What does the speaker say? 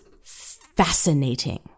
fascinating